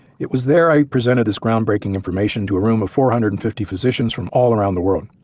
it was there i presented this ground breaking information to a room of four hundred and fifty positions from all around the world.